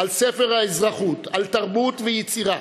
על ספר האזרחות, על תרבות ויצירה